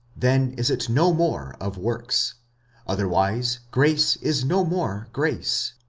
then is it no more of works otherwise grace is no more grace.